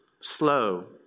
slow